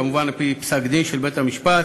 כמובן על-פי פסק-דין של בית-המשפט.